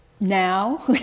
Now